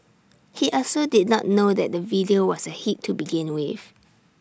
he also did not know that the video was A hit to begin with